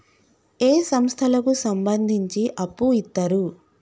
ఏ సంస్థలకు సంబంధించి అప్పు ఇత్తరు?